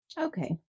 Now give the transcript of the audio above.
Okay